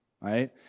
right